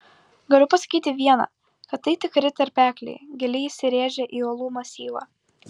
galiu pasakyti viena kad tai tikri tarpekliai giliai įsirėžę į uolų masyvą